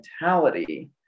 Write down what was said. mentality